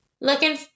Looking